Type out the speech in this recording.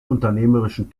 unternehmerischen